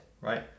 right